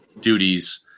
duties